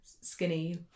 skinny